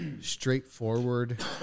straightforward